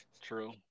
True